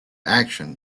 action